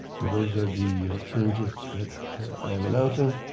and those are the changes that i am announcing.